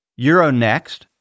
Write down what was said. Euronext